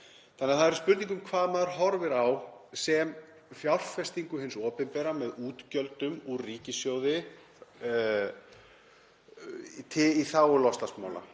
þannig líka. Það er spurning hvað maður horfir á sem fjárfestingu hins opinbera með útgjöldum úr ríkissjóði í þágu loftslagsmála.